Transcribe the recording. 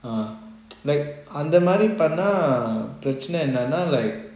err like அந்த மாறி பண்ண பிரச்னை என்னனா:antha maari panna prechana ennana like